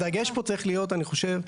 הדגש פה צריך להיות, אני חושב,